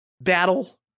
battle